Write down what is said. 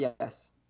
yes